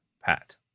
Pat